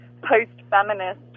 post-feminist